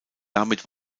damit